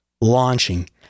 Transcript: launching